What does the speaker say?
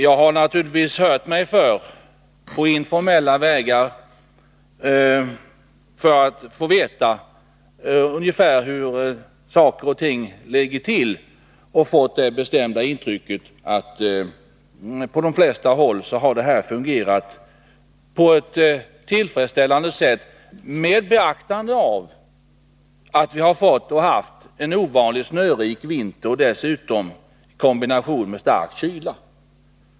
Jag har naturligtvis även på informella vägar hört mig för om hur saker och ting ligger till, och jag har fått det bestämda intrycket att vägunderhållet på de flesta håll har fungerat tillfredsställande med tanke på att vi har haft en ovanligt snörik vinter i kombination med stark kyla.